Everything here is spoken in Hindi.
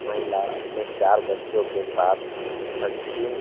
महिला अपने चार बच्चों के साथ सचिन